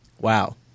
Wow